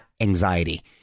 anxiety